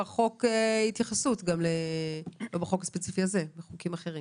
לא פעם יש בחוק התייחסות - לא בחוק הספציפי הזה אלא בחוקים אחרים